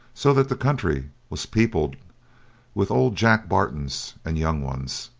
so that the country was peopled with old jack bartons and young ones.